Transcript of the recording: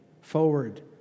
forward